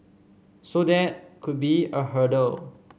so that could be a hurdle